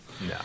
No